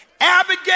Abigail